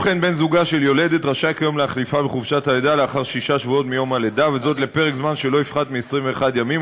היא לא מחרימה מוצרים מיהודה ושומרון שהפלסטינים מייצרים,